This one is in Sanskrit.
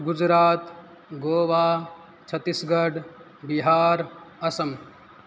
गुजरात् गोवा छत्तिस्गड् बिहार् असम्